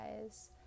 guys